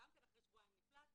גם כן אחרי שבועיים נפלט.